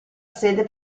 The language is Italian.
sede